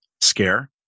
scare